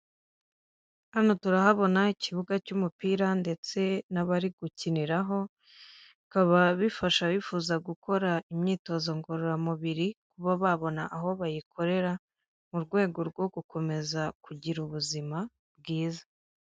Hano turahabona ikibuga cy'umupira, ndetse n'abari gukiniraho, bikaba bifasha abifuza gukora imyitozo ngororamubiri kuba babona aho bayikorera, mu rwego rwo gukomeza kugira ubuzima bwiza.